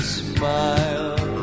smile